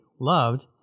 loved